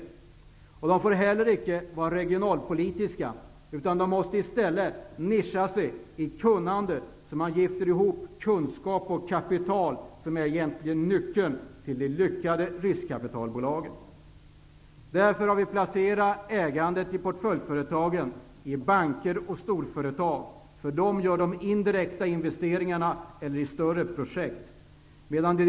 Riskkapitalbolagen får heller icke vara regionalpolitiska. De måste ha ett speciellt kunnande. Man skall gifta ihop kunskap och kapital, som är nyckeln till lyckade riskkapitalbolag. Vi har därför placerat ägandet till portföljföretagen i banker och storföretag, för det är de som gör indirekta investeringarna eller investerar i större projekt.